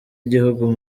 igihugu